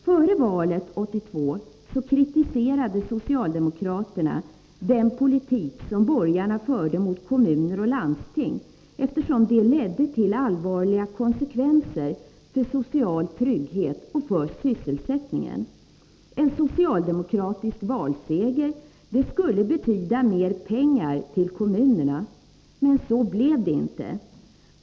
Före valet 1982 kritiserade socialdemokraterna den politik som borgarna förde mot kommuner och landsting, eftersom den ledde till allvarliga konsekvenser när det gäller social trygghet och sysselsättning. En socialdemokratisk valseger skulle betyda mer pengar till kommunerna. Men så blev inte fallet.